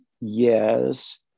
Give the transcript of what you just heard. Yes